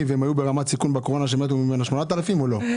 והיו ברמת סיכון בקורונה ממנה מתו 8,000 או לא?